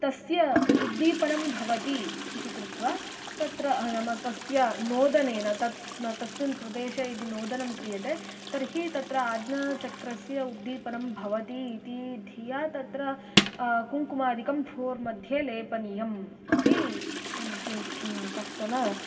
तस्य उद्दीपनं भवति इति कृत्वा तत्र नाम तस्य नोदनेन तत् तस्मिन् प्रदेशे यदि नोदनं क्रियते तर्हि तत्र आज्ञाचक्रस्य उद्दीपनं भवति इति धिया तत्र कुङ्कुमादिकं भ्रुवोर्मध्ये लेपनीयम् इति किञ्चित् कश्चन